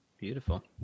Beautiful